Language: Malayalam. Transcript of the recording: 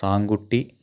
സാങ്കുട്ടി